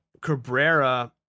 Cabrera